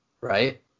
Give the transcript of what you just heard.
right